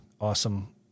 awesome